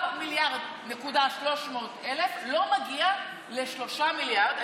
גם 1.3 מיליארד לא מגיע ל-3 מיליארד.